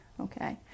Okay